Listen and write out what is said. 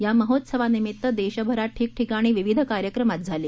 या महोत्सवानिमित्त देशभरात ठिकठिकाणी विविध कार्यक्रम आज झाले